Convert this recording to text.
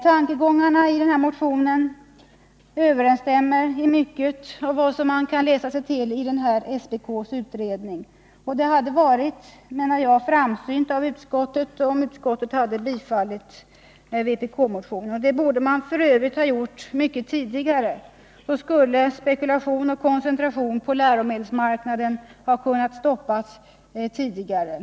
Tankegångarna i motionen överensstämmer i hög grad med vad man kan läsa sig till i SPK:s utredning. Det hade varit framsynt av utskottet, om det hade tillstyrkt vpk-motionen. Det borde man f.ö. ha gjort mycket tidigare. Då skulle spekulationen och koncentrationen på läromedelsmarknaden ha kunnat stoppas tidigare.